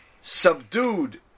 subdued